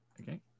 okay